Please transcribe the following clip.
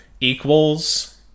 equals